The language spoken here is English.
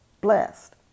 Blessed